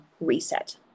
reset